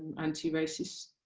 anti racist